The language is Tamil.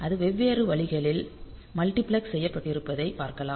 அது வெவ்வேறு வழிகளில் மல்டிபிளெக்ஸ் செய்யப்பட்டிருப்பதைப் பார்க்கலாம்